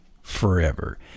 forever